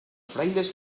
frailes